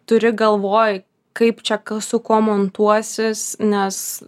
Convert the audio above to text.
turi galvoj kaip čia su kuo montuosis nes